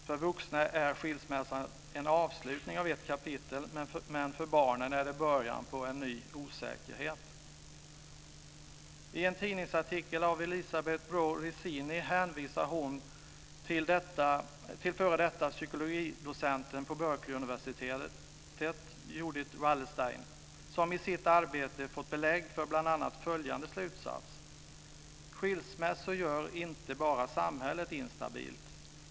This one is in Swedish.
För vuxna är skilsmässan en avslutning av ett kapitel, men för barnen är den början på en ny osäkerhet. I en tidningsartikel av Elisabeth Braw Riccini hänvisar hon till före detta psykologidocenten på Berkeleyuniversitetet, Judith Wallerstein, som i sitt arbete har fått belägg för bl.a. följande slutsats: Skilsmässor gör inte bara samhället instabilt.